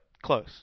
Close